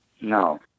No